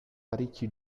parecchi